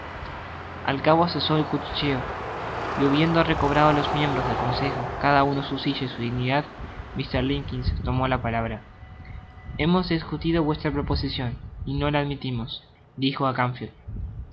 al cabo cesó el cuchicheo y habiendo recobrado los miembros del consejo cada uno su silla y su dignidad mr limbkins tomó la palabra hemos discutido vuestra proposicion y no la admitimos dijo á